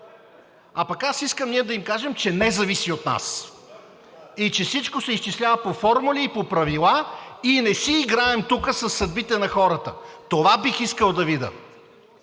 А пък аз искам ние да им кажем, че не зависи от нас и че всичко се изчислява по формули и по правила, и не си играем тук със съдбите на хората. Това бих искал да видя.